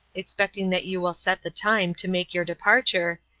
expecting that you will set the time to make your departure,